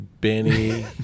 Benny